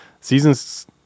seasons